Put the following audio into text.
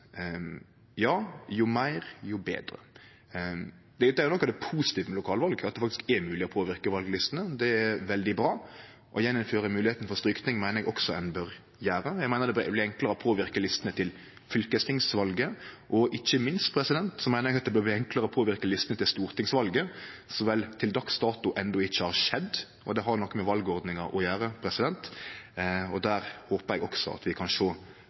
Ja, jo meir, jo betre. Noko av det positive med lokalval er jo at det faktisk er mogleg å påverke vallistene. Det er veldig bra. Å innføre igjen moglegheita for å stryke meiner eg også ein bør gjere. Eg meiner det bør bli enklare å påverke listene til fylkestingvalet, og ikkje minst meiner eg det bør bli enklare å påverke listene til stortingsvalet, noko som vel til dags dato enno ikkje har skjedd, og det har noko med valordninga å gjere. Der håpar eg også at vi kan sjå